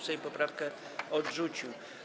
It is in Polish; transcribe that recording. Sejm poprawkę odrzucił.